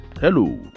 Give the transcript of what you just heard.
Hello